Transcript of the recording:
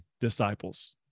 disciples